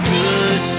good